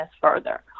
further